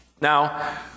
Now